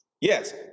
Yes